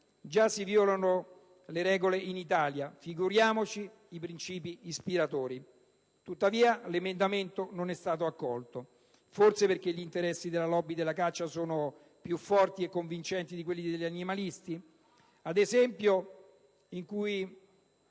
già si violano le regole in Italia, figuriamoci i principi ispiratori. Tuttavia, l'emendamento non è stato accolto, forse perché gli interessi della *lobby* della caccia sono più forti e convincenti di quelli degli animalisti.